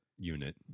unit